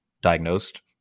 diagnosed